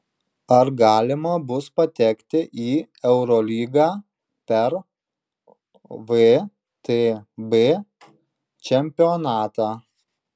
ar galima bus patekti į eurolygą per vtb čempionatą